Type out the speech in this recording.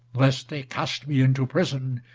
lest they cast me into prison,